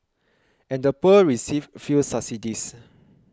and the poor received few subsidies